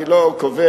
אני לא קובע,